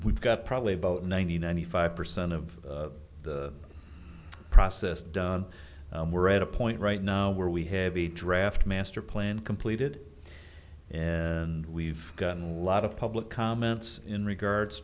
we've got probably about ninety ninety five percent of the process done we're at a point right now where we have a draft master plan completed and we've gotten a lot of public comments in regards